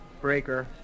Breaker